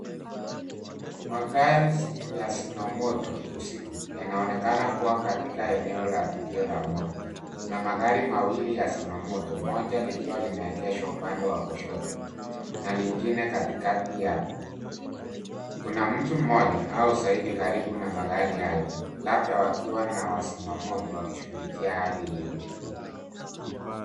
Magari ya zimamoto usiku yanaonekana kuwa katika eneo la tukio la moto. Kuna magari mawili ya zimamoto, moja likiwa limeegeshwa upande la kushoto na lingine katikati yake. Kuna mtu mmoja au zaidi katikati ya mazimamoto hayo labda wakiwa na wazimamoto wakishughulikia hali hiyo.